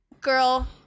girl